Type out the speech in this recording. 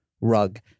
rug